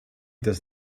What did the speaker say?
das